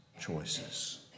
choices